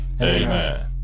Amen